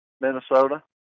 Minnesota